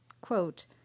Quote